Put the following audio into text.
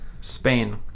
Spain